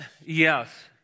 Yes